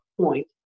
point